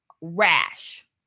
rash